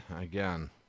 again